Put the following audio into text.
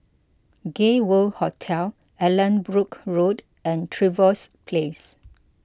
Gay World Hotel Allanbrooke Road and Trevose Place